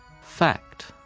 Fact